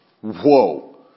Whoa